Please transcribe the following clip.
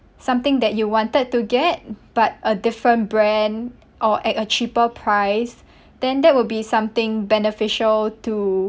something that you wanted to get but a different brand or at a cheaper price then that would be something beneficial to